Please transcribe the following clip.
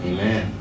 Amen